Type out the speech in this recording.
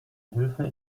hilfe